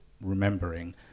remembering